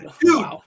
dude